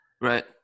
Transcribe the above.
Right